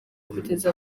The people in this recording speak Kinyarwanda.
kugera